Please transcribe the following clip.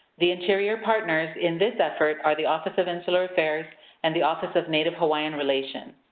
the interior partners in this effort are the office of insular affairs and the office of native hawaiian relation.